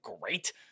great